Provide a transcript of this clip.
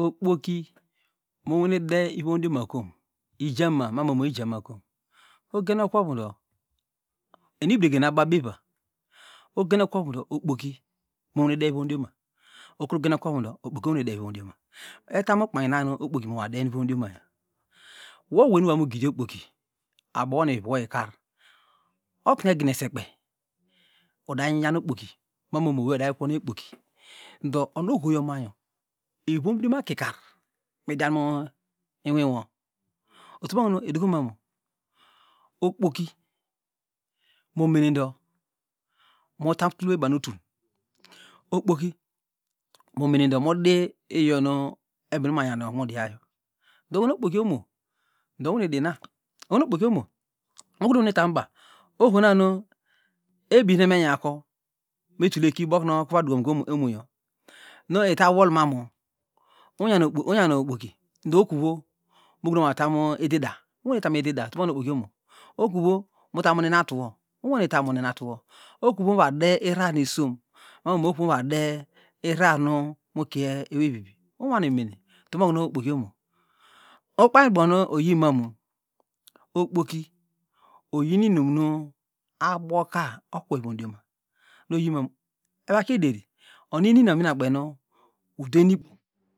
Okpoki monwane de ivomdioma kom? Ijama mamo ijama kom? Ugen okwovudo enuibregena abo abeva ugenokwovudo okpoki monwane de ivomdioma ukwrugen okwovu do okpoki onwane de ivomdioma etamnu ukpayn nanu okpoki monwane de ivomdioma wo owey nu wo abomugidiya okpoki abowo nu iviwo ikar okunu oginese kpey udanyan okpoki mamomo owey odaikwon okpoki ndo onuohoyo manyo wondioma kikar midian mu inwiwo utomokunu edukomamu okpoki momenendo otatulewey banu utul okpoki ndo momene do mudiuyonu akpe okimu mudia yo ndi ohonu okpoki omo ndo unwane udi ina ohonu okpoki omo ukuru nuane tam uba ohonanu obir nu evamemyayako mitule ki okunu evadukoka omonyo miitaiwolmamu unyan unyanuokpoki ndo okuro mu votamu edida unwane tamu edida utomu okunu okpoki omo okuno mutamon enatuwo unwane tamon enatuwo okuro avo de arar nisom mano okuromu mo de irar nu mukie eweyvivi unwanemene utomu okunu okpoki omo ukpanybobonu oyimamu okpoki oyinu inum aboka okwo womdioma noyimamu evakie ederi onuininaminakpenu udermuikpom